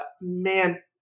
man